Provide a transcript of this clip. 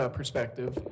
perspective